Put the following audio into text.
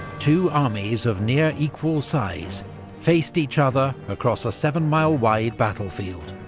two armies of near equal size faced each other across a seven mile wide battlefield.